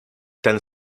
ten